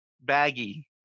baggy